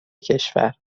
کشور